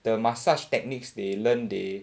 the massage techniques they learn they